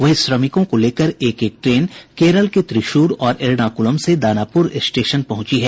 वहीं श्रमिकों को लेकर एक एक ट्रेन केरल के त्रिशुर और एर्नाकुलम से दानापुर स्टेशन पहुंची है